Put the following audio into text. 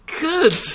Good